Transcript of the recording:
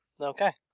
Okay